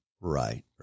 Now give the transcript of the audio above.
Right